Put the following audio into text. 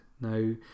Now